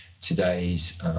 today's